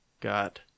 Got